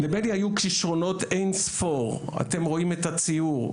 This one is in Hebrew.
לבני היו כישרונות אין ספור, אתם רואים את הציור,